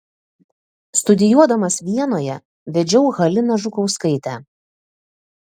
studijuodamas vienoje vedžiau haliną žukauskaitę